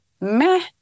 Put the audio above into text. meh